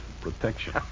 Protection